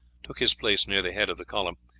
took his place near the head of the column,